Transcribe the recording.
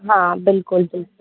हाँ बिल्कुल बिल्कुल